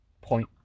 point